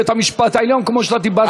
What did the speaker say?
בית-המשפט העליון כמו שאתה דיברת על הרב הראשי.